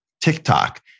TikTok